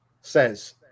says